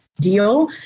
deal